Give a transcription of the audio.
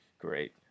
Great